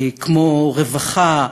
כמו רווחה,